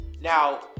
Now